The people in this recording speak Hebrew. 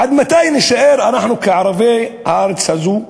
עד מתי נישאר אנחנו, ערביי הארץ הזו,